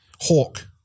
Hawk